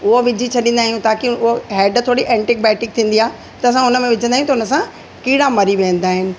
हूअ विझी छॾींदा आहियूं ताकि हूअ हेड थोड़ी ऐंटी बायोटिक थींदी आहे त असां उनमें विझंदा आहियूं त उनसां कीड़ा मरी वेंदा आहिनि